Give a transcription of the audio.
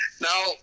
Now